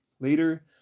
Later